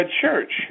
church